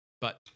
but-